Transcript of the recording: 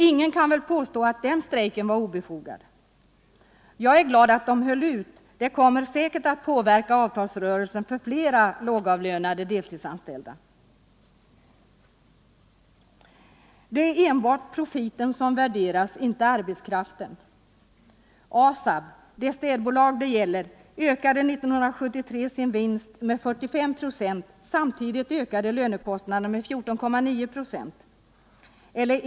Ingen kan väl påstå att den strejken var obefogad. Jag är glad att de höll ut. Det kommer säkert att påverka avtalsrörelsen för fler lågavlönade deltidsanställda. Det är enbart profiten som värderas, inte arbetskraften. ASAB, städbolaget det här gällde, ökade 1973 sin vinst med 45 procent. Samtidigt ökade lönekostnaderna med 14,9 procent.